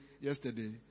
yesterday